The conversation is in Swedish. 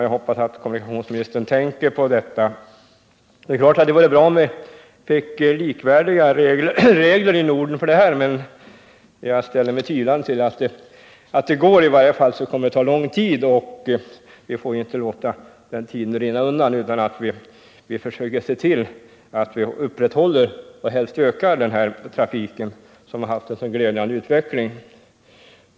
Jag hoppas att kommunikationsministern tänker på det. Det vore givetvis bra om vi fick likvärdiga regler i Norden på detta område, men jag ställer mig tvivlande till att det är möjligt. I varje fall kommer det att ta lång tid, och vi får inte låta tiden rinna undan utan vi måste försöka se till att upprätthålla och helst öka den här trafiken, som utvecklats mycket glädjande.